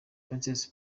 princess